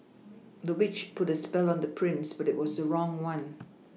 the witch put a spell on the prince but it was the wrong one